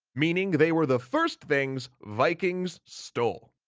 meaning they were the first things vikings stole.